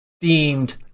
deemed